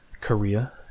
Korea